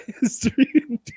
history